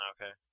Okay